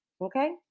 Okay